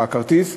הכרטיס,